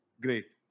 Great